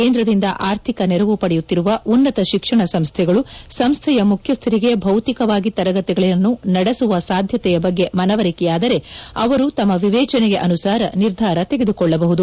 ಕೇಂದ್ರದಿಂದ ಆರ್ಥಿಕ ನೆರವು ಪಡೆಯುತ್ತಿರುವ ಉನ್ನತ ಶಿಕ್ಷಣ ಸಂಸ್ಥೆಗಳು ಸಂಸ್ಥೆಯ ಮುಖ್ಯಸ್ಥರಿಗೆ ಭೌತಿಕವಾಗಿ ತರಗತಿಗಳನ್ನು ನಡೆಸುವ ಸಾಧ್ಯತೆಯ ಬಗ್ಗೆ ಮನವರಿಕೆಯಾದರೆ ಅವರು ತಮ್ಮ ವಿವೇಚನೆಗೆ ಅನುಸಾರ ನಿರ್ಧಾರ ತೆಗೆದುಕೊಳ್ಳಬಹುದು